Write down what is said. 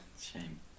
Shame